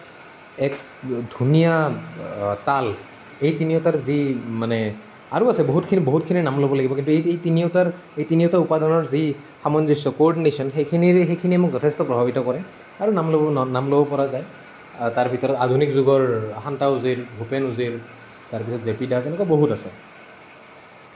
এক ধুনীয়া তাল এই তিনিওটাৰ যি মানে আৰু আছে বহুতখিনি বহুতখিনিৰ নাম ল'ব লাগিব কিন্তু এই তি এই তিনিওটাৰ এই তিনিওটা উপাদানৰ যি সামঞ্জস্য় কোৰ্ডিনেশ্য়ন সেইখিনিৰ সেইখিনিয়ে মোক যথেষ্ট প্ৰভাৱিত কৰে আৰু নাম ল'ব না নাম ল'ব পৰা যায় তাৰ ভিতৰত আধুনিক যুগৰ শান্তা উজীৰ ভূপেন উজীৰ তাৰপিছত জে পি দাস এনেকুৱা বহুত আছে